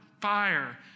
fire